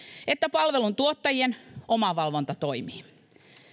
että palveluntuottajien omavalvonta toimii